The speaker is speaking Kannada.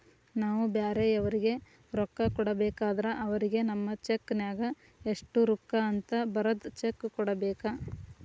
ನಾವು ಬ್ಯಾರೆಯವರಿಗೆ ರೊಕ್ಕ ಕೊಡಬೇಕಾದ್ರ ಅವರಿಗೆ ನಮ್ಮ ಚೆಕ್ ನ್ಯಾಗ ಎಷ್ಟು ರೂಕ್ಕ ಅಂತ ಬರದ್ ಚೆಕ ಕೊಡಬೇಕ